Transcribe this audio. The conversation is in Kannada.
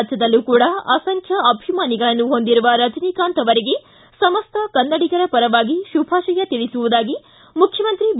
ರಾಜ್ಯದಲ್ಲಿ ಕೂಡ ಅಸಂಖ್ಯ ಅಭಿಮಾನಿಗಳನ್ನು ಹೊಂದಿರುವ ರಜನಿಕಾಂತ್ ಅವರಿಗೆ ಸಮಸ್ತ ಕನ್ನಡಿಗರ ಪರವಾಗಿ ಶುಭಾಶಯ ತಿಳಿಸುವುದಾಗಿ ಮುಖ್ಯಮಂತ್ರಿ ಬಿ